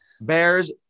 Bears